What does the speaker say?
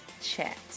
chat